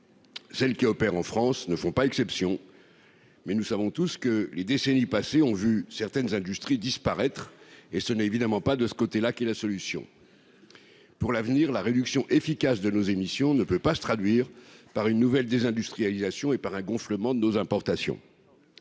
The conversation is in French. celles qui opèrent en France ne font pas exception, mais nous savons tous ce que les décennies passées ont vu certaines industries disparaître et ce n'est évidemment pas de ce côté-là qui la solution pour l'avenir, la réduction efficace de nos émissions ne peut pas se traduire par une nouvelle désindustrialisation et par un gonflement de nos importations,